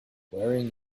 wearing